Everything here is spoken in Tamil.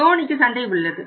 சோனிக்கு சந்தை உள்ளது